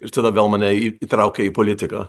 ir tada gal mane į įtraukė į politiką